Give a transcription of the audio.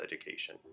education